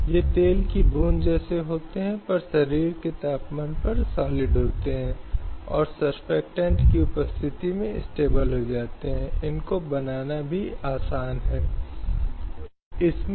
कि किसी भी मामले में बच्चे को ऐसे पितृत्व परीक्षणों के कारणों से पीड़ित होने के लिए नहीं बनाया जाना चाहिए